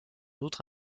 outre